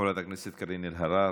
חברת הכנסת קארין אלהרר.